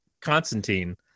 Constantine